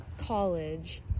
college